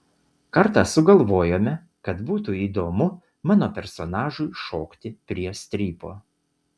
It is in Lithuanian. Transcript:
kartą sugalvojome kad būtų įdomu mano personažui šokti prie strypo